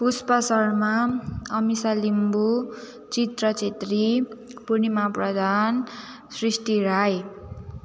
Pushpa Sharma Anisha Limbu Chitra Chhetri Purnima Pradhan Srishti Rai